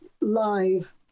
live